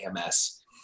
AMS